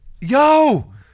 Yo